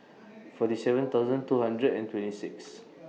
forty seven thousand two hundred and twenty six